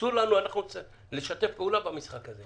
ואסור לנו לשתף פעולה במשחק הזה.